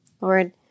Lord